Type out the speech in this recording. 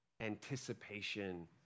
Anticipation